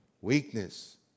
weakness